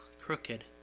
crooked